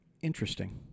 Interesting